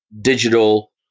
digital